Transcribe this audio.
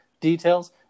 details